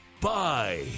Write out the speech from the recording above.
Bye